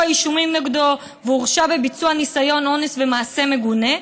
האישומים נגדו והוא הורשע בביצוע ניסיון אונס ומעשה מגונה.